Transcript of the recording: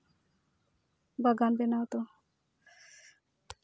ᱵᱟᱜᱟᱱ ᱵᱮᱱᱟᱣ ᱫᱚ